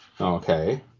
Okay